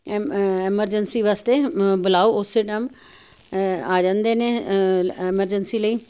M emergency ਵਾਸਤੇ ਬੁਲਾਓ ਓਸੇ ਟੈਮ ਆ ਜਾਂਦੇ ਨੇ ਐਮਰਜੰਸੀ ਲਈ